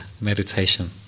meditation